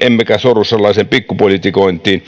emmekä sorru sellaiseen pikkupolitikointiin